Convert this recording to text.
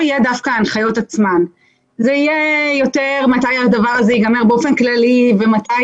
לא ייתכן שבקופת החולים אפשרי טיפול אחד על אחד ובפרטי לא.